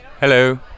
hello